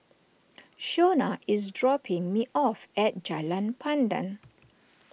Shona is dropping me off at Jalan Pandan